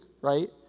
right